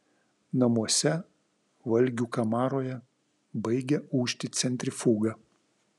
namuose valgių kamaroje baigia ūžti centrifuga